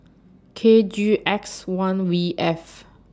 K G X one V F